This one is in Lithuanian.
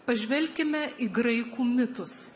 pažvelkime į graikų mitus